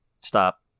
stop